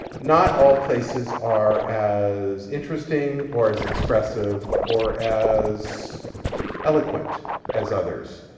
not all places are as interesting or as expressive or as eloquent as others.